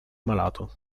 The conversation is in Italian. malato